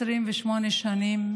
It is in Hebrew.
היום לפני 28 שנים,